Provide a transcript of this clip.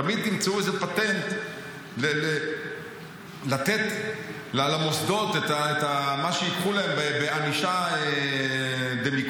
תמיד תמצאו איזה פטנט לתת למוסדות את מה שייקחו להם בענישה דמיקולו,